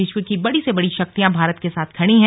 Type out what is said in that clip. विश्व की बड़ी से बड़ी शक्तियाँ भारत के साथ खड़ी हैं